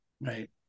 Right